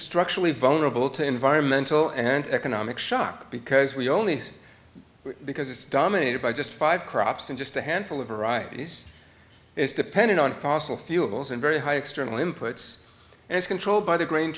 structurally vulnerable to environmental and economic shock because we only see it because it's dominated by just five crops in just a handful of varieties is dependent on fossil fuels and very high external inputs and it's controlled by the grain